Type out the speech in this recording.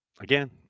again